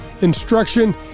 instruction